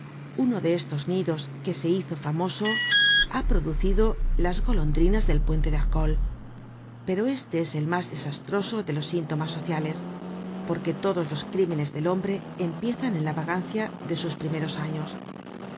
uno de estos nidos que se hizo famoso ha producido las golondrinas del puente de arcole pero este es el mas desastroso de los síntomas sociales porque todos los crímenes del hombre empiezan en la vagancia de sus primeros años